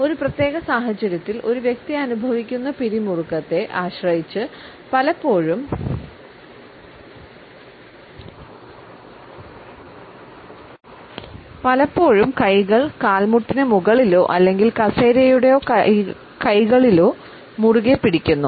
ഒരു പ്രത്യേക സാഹചര്യത്തിൽ ഒരു വ്യക്തി അനുഭവിക്കുന്ന പിരിമുറുക്കത്തെ ആശ്രയിച്ച് പലപ്പോഴും കൈകൾ കാൽമുട്ടിനു മുകളിലോ അല്ലെങ്കിൽ കസേരയുടെ കൈകളിലോ മുറുകെ പിടിക്കുന്നു